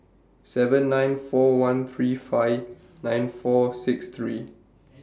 seven nine four one three five nine four six three